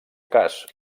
cas